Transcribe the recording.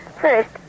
First